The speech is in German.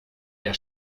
der